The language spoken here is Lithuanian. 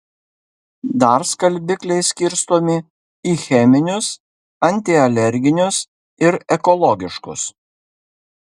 dar skalbikliai skirstomi į cheminius antialerginius ir ekologiškus